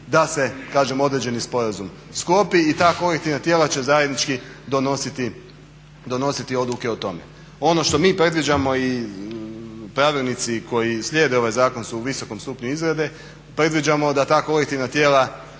da se određeni sporazum sklopi i ta kolektivna tijela će zajednički donositi odluke o tome. Ono što mi predviđamo i pravilnici koji slijede ovaj zakon su u visokom stupnju izrade, predviđamo da ta kolektivna tijela